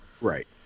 Right